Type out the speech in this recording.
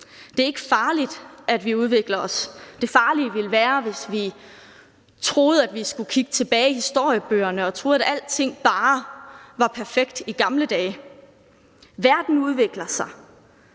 Det er ikke farligt, at vi udvikler os. Det farlige ville være, hvis vi troede, at vi skulle kigge tilbage i historiebøgerne, og troede, at alting bare var perfekt i gamle dage. Verden udvikler sig,